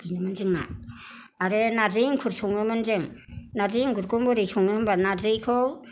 बिनोमोन जोंना आरो नारजि एंखुर सङोमोन जों नारजि एंखुरखौ बोरै सङो होनबा नारजिखौ